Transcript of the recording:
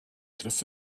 griff